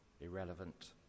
irrelevant